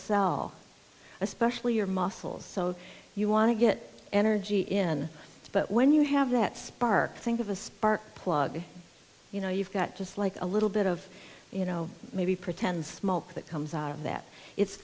cell especially your muscles so you want to get energy in but when you have that spark think of a spark plug you know you've got just like a little bit of you know maybe pretend smoke that comes out of that it's